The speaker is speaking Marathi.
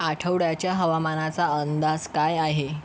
आठवड्याच्या हवामानाचा अंदाज काय आहे